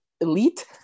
Elite